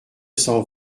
cent